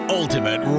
ultimate